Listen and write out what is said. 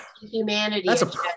humanity